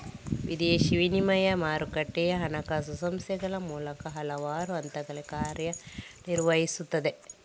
ವಿದೇಶಿ ವಿನಿಮಯ ಮಾರುಕಟ್ಟೆಯು ಹಣಕಾಸು ಸಂಸ್ಥೆಗಳ ಮೂಲಕ ಹಲವಾರು ಹಂತಗಳಲ್ಲಿ ಕಾರ್ಯ ನಿರ್ವಹಿಸುತ್ತದೆ